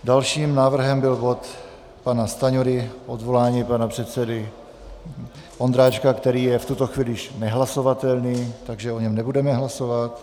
Dalším návrhem byl bod pana Stanjury, odvolání pana předsedy Ondráčka, který je v tuto chvíli již nehlasovatelný, takže o něm nebudeme hlasovat.